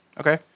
Okay